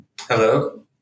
Hello